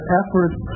efforts